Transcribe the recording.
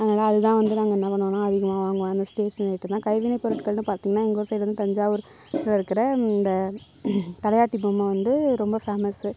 நாங்கெலாம் அது வந்து என்ன பண்ணுவோம்னால் அதுக்கு நாங்கள் வந்து ஸ்டேஷ்னரி எடுத்துப்போம் கைவினைப் பொருட்களெனு பார்த்திங்கன்னா எங்கள் ஊர் சைடு வந்து தஞ்சாவூர் இங்கிருக்குற தலையாட்டி பொம்மை வந்து ரொம்ப ஃபேமஸு